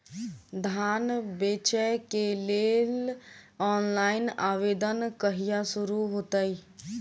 धान बेचै केँ लेल ऑनलाइन आवेदन कहिया शुरू हेतइ?